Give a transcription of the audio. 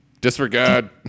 Disregard